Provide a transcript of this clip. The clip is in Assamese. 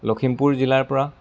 লখিমপুৰ জিলাৰ পৰা